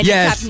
Yes